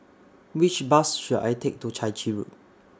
Which Bus should I Take to Chai Chee Road